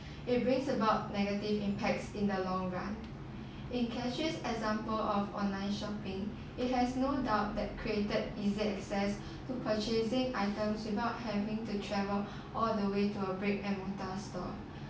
it brings about negative impacts in the long run in cashless example of online shopping it has no doubt that created easier access to purchasing items without having to travel all the way to a brick and mortar store